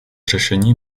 řešení